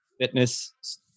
fitness